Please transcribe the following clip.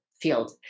field